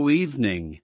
evening